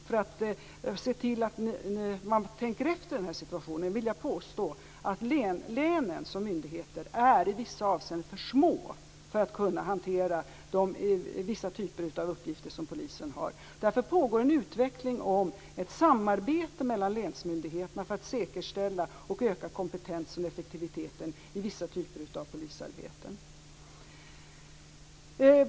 För att visa att man tänker efter i den här situationen vill jag t.o.m. påstå att länen som myndigheter i vissa avseenden är för små för att kunna hantera de uppgifter som polisen har. Därför pågår en utveckling av ett samarbete mellan länsmyndigheterna för att säkerställa och öka kompetensen och effektiviteten i vissa typer av polisarbete.